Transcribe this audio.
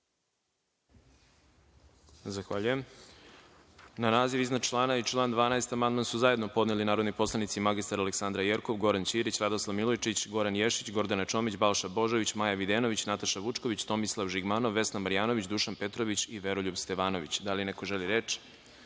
Zahvaljujem. Na naziv iznad člana i član 12. amandman su zajedno podneli narodni poslanici mr Aleksandra Jerkov, Goran Ćirić, Radoslav Milojičić, Goran Ješić, Gordana Čomić, Balša Božović, Maja Videnović, Nataša Vučković, Tomislav Žigmanov, Vesna Marjanović, Dušan Petrović i Veroljub Stevanović. Da li neko želi reč?